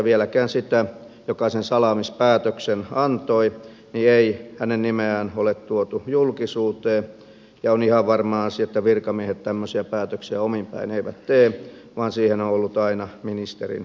vieläkään hänen nimeään joka sen salaamispäätöksen antoi ei ole tuotu julkisuuteen ja on ihan varma asia että virkamiehet tämmöisiä päätöksiä omin päin eivät tee vaan siihen on ollut aina ministerin valtuutus